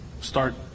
start